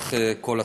לאורך כל התקופה.